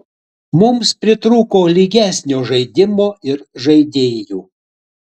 mums pritrūko lygesnio žaidimo ir žaidėjų